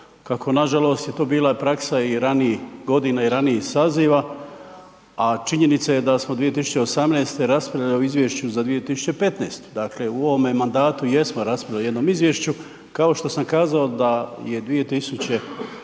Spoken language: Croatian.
kako na žalost to je bila praksa i ranijih godina i ranijih saziva, a činjenica je da smo 2018. raspravljali o Izvješću za 2015. Dakle u ovome mandatu jesmo raspravljali o jednom izvješću kao što sam kazao da je 2015.